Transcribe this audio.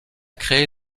créé